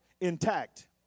intact